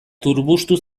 turbustu